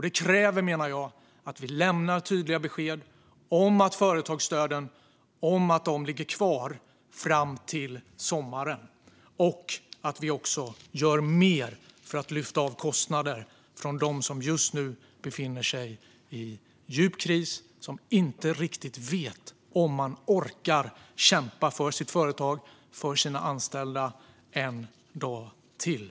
Det kräver, menar jag, att vi lämnar tydliga besked om att företagsstöden ligger kvar fram till sommaren och att vi gör mer för att lyfta av kostnader från dem som just nu befinner sig i djup kris och som inte riktigt vet om de orkar kämpa för sitt företag och för sina anställda en dag till.